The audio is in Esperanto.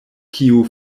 kiu